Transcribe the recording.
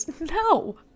No